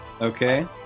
Okay